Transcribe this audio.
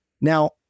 Now